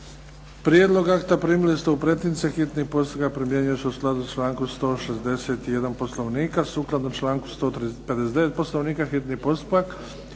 Prijedlog akta primili ste u pretince, hitni postupak primjenjuje se u skladu sa člankom 161. Poslovnika, sukladno članku 159. Poslovnika hitni postupak